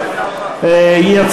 קריאה ראשונה.